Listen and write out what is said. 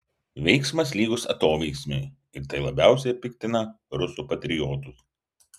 veiksmas lygus atoveiksmiui ir tai labiausiai piktina rusų patriotus